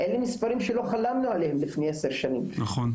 והסוגייה